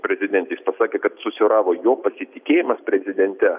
prezidentę jis pasakė kad susvyravo jo pasitikėjimas prezidente